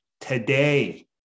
today